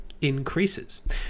increases